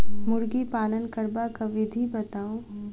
मुर्गी पालन करबाक विधि बताऊ?